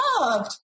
loved